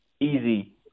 easy